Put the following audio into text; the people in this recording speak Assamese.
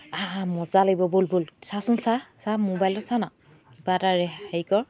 আহ আহ মজ্জা লাগিব ব'ল ব'ল চাচোন চা চা মোবাইলটো চা না কিবা এটা হেৰি কৰ